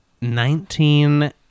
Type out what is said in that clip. Nineteen